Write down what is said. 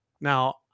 now